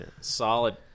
Solid